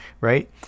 right